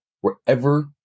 wherever